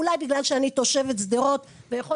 אולי בגלל שאני תושבת שדרות ויכול להיות